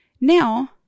now